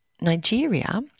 Nigeria